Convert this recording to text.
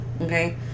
Okay